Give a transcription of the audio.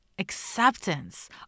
acceptance